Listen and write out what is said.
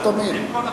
לא תמיד.